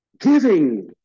giving